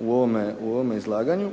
u ovome izlaganju,